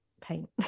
paint